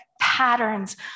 patterns